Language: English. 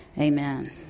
amen